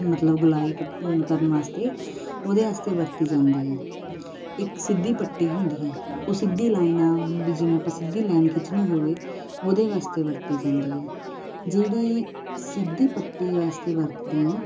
ਮਤਲਬ ਗੁਲਾਈ ਕਰਨ ਵਾਸਤੇ ਉਹਦੇ ਵਾਸਤੇ ਵਰਤੀ ਜਾਂਦੀ ਹੈ ਇੱਕ ਸਿੱਧੀ ਪੱਟੀ ਹੁੰਦੀ ਹੈ ਉਹ ਸਿੱਧੀ ਲਾਈਨ ਵੀ ਜਿਵੇਂ ਆਪਾਂ ਸਿੱਧੀ ਲਾਈਨ ਖਿਚਣੀ ਹੋਵੇ ਉਹਦੇ ਵਾਸਤੇ ਵਰਤੀ ਜਾਂਦੀ ਹੈ ਜਿਹੜੀ ਸਿੱਧੀ ਪੱਟੀ ਵਾਸਤੇ ਵਰਤਦੇ ਐ